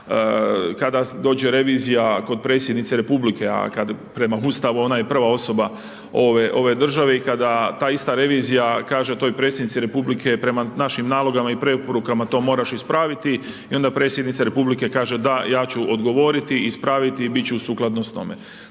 kada dođe revizija kod predsjednice Republike, a prema Ustavu ona je prva osoba ove države i kada ta ista revizija kaže toj predsjednici Republike, prema našim nalogama i preporukama to moraš ispraviti i onda Predsjednica Republike, kaže da, ja ću odgovoriti i ispraviti i biti ću u sukladnost s tome.